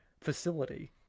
facility